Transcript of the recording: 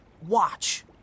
Watch